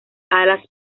alas